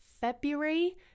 february